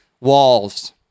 walls